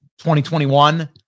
2021